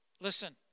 Listen